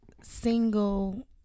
single